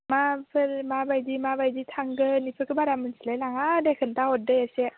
माबाफोर माबायदि माबायदि थांगोन बेफोरखौ बारा मिन्थिलाय लाङा दे खिन्थाहर दे एसे